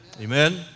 Amen